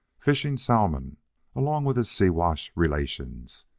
fishing salmon along with his siwash relations,